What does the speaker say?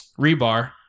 rebar